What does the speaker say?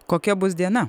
kokia bus diena